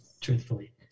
truthfully